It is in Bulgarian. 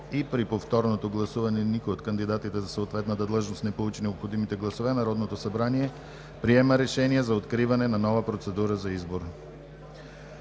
и при повторното гласуване никой от кандидатите за съответната длъжност не получи необходимите гласове, Народното събрание приема решение за откриване на нова процедура за избор“.